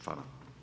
Hvala.